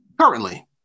Currently